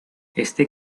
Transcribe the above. este